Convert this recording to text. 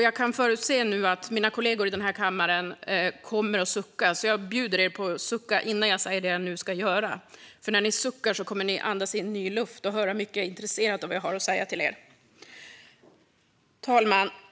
Jag kan förutse att mina kollegor här i kammaren nu kommer att sucka, så jag inbjuder er att sucka innan jag säger det jag nu ska säga. När ni suckar kommer ni nämligen att andas in ny luft och mycket intresserat lyssna på vad jag har att säga till er. Fru talman!